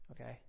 okay